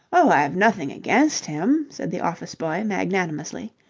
oh, i've nothing against him, said the office-boy magnanimously.